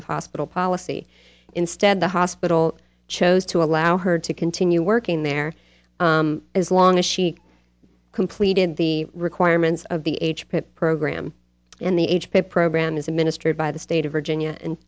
of hospital policy instead the hospital chose to allow her to continue working there as long as she completed the requirements of the age program and the age paid program is administered by the state of virginia